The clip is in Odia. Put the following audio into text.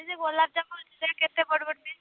ଅଛି ଯେ ଗୋଲାପଜାମୁ କେତେ ପଡ଼ିବ